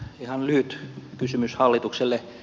ihan lyhyt kysymys hallitukselle